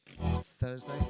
Thursday